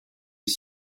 les